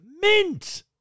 mint